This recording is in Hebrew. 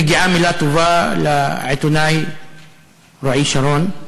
מגיעה מילה טובה לעיתונאי רועי שרון,